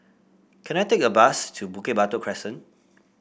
can I take a bus to Bukit Batok Crescent